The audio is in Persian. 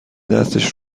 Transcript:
دستش